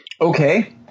Okay